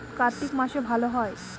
কার্তিক মাসে ভালো হয়?